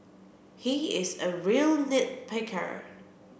he is a real nit picker